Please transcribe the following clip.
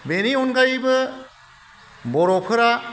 बेनि अनगायैबो बर'फोरा